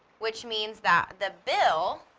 which means that, the bill